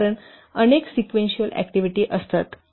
कारण अनेक sequential activity असतात